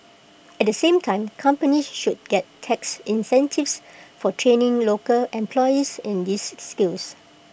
at the same time companies should get tax incentives for training local employees in these skills